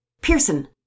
Pearson